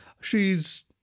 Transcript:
She's—